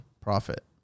profit